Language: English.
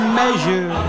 measure